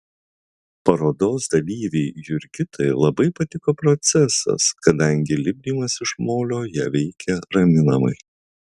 parodos dalyvei jurgitai labai patiko procesas kadangi lipdymas iš molio ją veikė raminamai